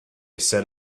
set